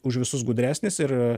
už visus gudresnis ir